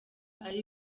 ari